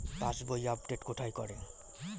পাসবই update কোথায় করে?